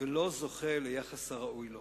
ולא זוכה ליחס הראוי לו?